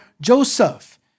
Joseph